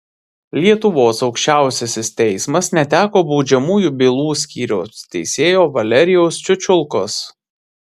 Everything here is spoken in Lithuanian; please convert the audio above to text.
lietuvos aukščiausiasis teismas neteko baudžiamųjų bylų skyriaus teisėjo valerijaus čiučiulkos